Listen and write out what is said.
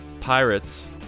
Pirates